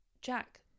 Jack